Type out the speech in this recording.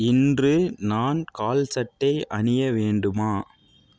இன்று நான் கால்சட்டை அணிய வேண்டுமா